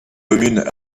communes